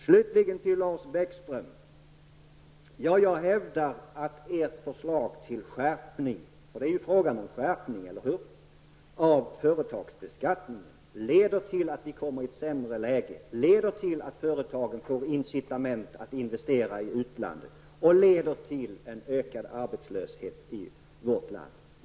Slutligen till Lars Bäckström: Jag hävdar att ert förslag till skärpning -- för det är fråga om en skärpning, eller hur? -- av företagsbeskattningen leder till att vi kommer i ett sämre läge, till att företagen får incitament att investera i utlandet och till en ökad arbetslöshet i vårt land.